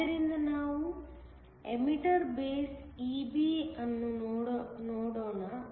ಆದ್ದರಿಂದ ನಾವು emitter base EB ಅನ್ನು ನೋಡೋಣ